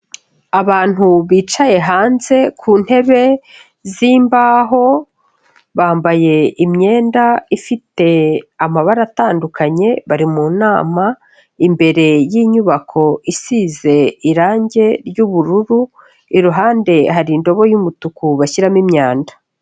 Abantu bicaye hanze ku ntebe z'imbaho bambaye imyenda ifite amabara atandukanye, bari mu nama imbere yinyubako isize irange ry'ubururu, iruhande hari indobo y'umutuku bashyiramo imyanda.